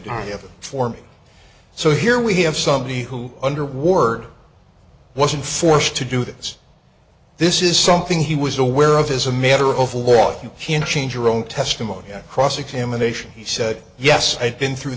them for me so here we have somebody who under ward wasn't forced to do this this is something he was aware of is a matter of law if you can't change your own testimony on cross examination he said yes i've been through